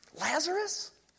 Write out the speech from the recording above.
Lazarus